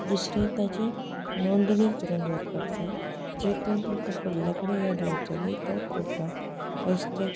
दुसरें ताचें नोंदणी करून दवरपाक जाय जें करून तुमकां फुडल्या कडेन याद उरतली तो प्रोग्राम असतेक